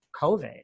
COVID